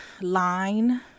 line